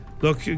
Look